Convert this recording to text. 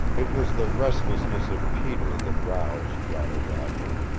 it was the restlessness of peter that roused jolly roger.